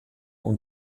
und